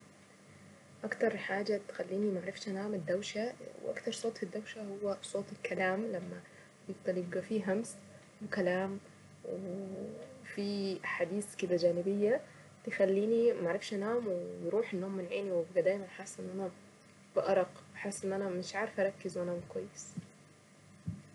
اكتر حاجة بتخليني ما اعرفش انام الدوشة واكتر صوت في الدوشة هو صوت الكلام لما يفضل يبقى فيه همس وكلام وفيه احديث كده جانبية تخليني ما عرفش انام واروح النوم من عيني وابقى دايما حاسة ان انا بارق وحاسة ان انا مش عارفة اركز وانام كويس.